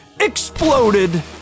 exploded